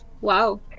Wow